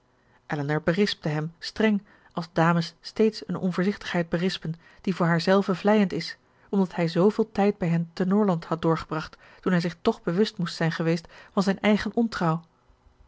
elinor berispte hem streng als dames steeds eene onvoorzichtigheid berispen die voor haarzelve vleiend is omdat hij zooveel tijd bij hen te norland had doorgebracht toen hij zich toch bewust moest zijn geweest van zijn eigen ontrouw